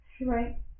Right